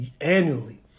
annually